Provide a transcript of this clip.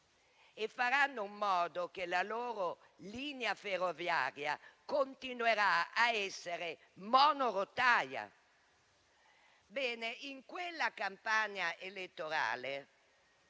fatiscenti e che la loro linea ferroviaria continui a essere monorotaia. Ebbene, in quella campagna elettorale